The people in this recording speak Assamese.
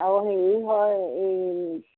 আৰু হেৰি হয় এই